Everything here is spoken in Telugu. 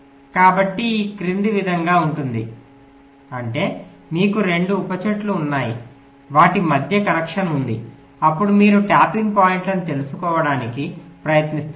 కాబట్టి ఈ క్రింది విధంగా ఉంటుంది అంటే మీకు 2 ఉప చెట్లు ఉన్నాయి వాటి మధ్య కనెక్షన్ ఉంది అప్పుడు మీరు ట్యాపింగ్ పాయింట్ను తెలుసుకోవడానికి ప్రయత్నిస్తున్నారు